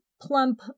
plump